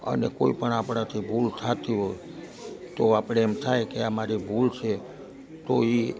અને કોઈ પણ આપણાથી ભૂલ થતી હોય તો આપણને એમ થાય કે આ મારી ભૂલ છે તો એ